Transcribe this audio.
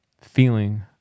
feeling